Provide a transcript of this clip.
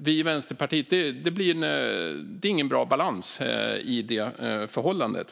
Vi i Vänsterpartiet anser att det inte blir en bra balans i det förhållandet.